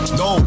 no